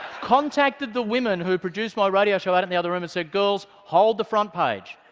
contacted the women who produced my radio show out in the other room, and said girls, hold the front page.